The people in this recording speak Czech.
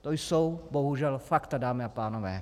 To jsou bohužel fakta, dámy a pánové.